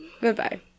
Goodbye